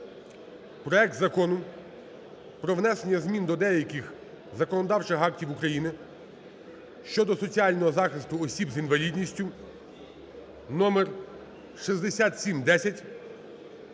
проект Закону про внесення змін до деяких законодавчих актів України (щодо соціального захисту осіб з інвалідністю) (номер 6710)